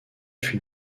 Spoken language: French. fut